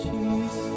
Jesus